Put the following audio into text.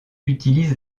utilise